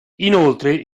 inoltre